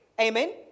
Amen